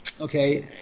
okay